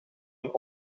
een